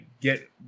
get